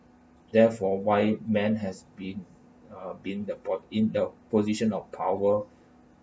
therefore why men has been uh been the po~ in the position of power